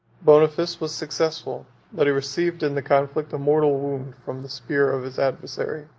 boniface was successful but he received in the conflict a mortal wound from the spear of his adversary,